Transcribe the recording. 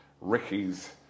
Ricky's